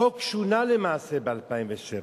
החוק שונה למעשה ב-2007.